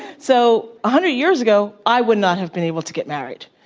so, a hundred years ago, i would not have been able to get married,